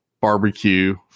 barbecue